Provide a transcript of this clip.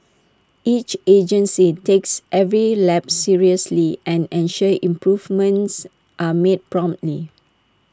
each agency takes every lapse seriously and ensures improvements are made promptly